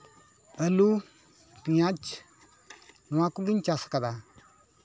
ᱟᱹᱞᱩ ᱯᱮᱸᱭᱟᱡᱽ ᱱᱚᱣᱟ ᱠᱚᱜᱮᱧ ᱪᱟᱥ ᱠᱟᱫᱟ